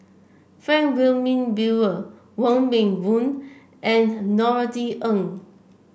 Frank Wilmin Brewer Wong Meng Voon and Norothy Ng